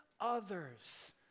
others